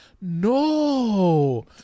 No